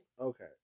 Okay